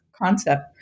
concept